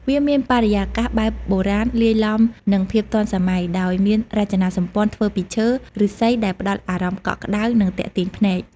វាមានបរិយាកាសបែបបុរាណលាយឡំនឹងភាពទាន់សម័យ ដោយមានរចនាសម្ព័ន្ធធ្វើពីឈើ ឫស្សីដែលផ្ដល់អារម្មណ៍កក់ក្ដៅ និងទាក់ទាញភ្នែក។